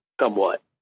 somewhat